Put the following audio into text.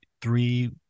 three